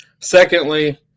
Secondly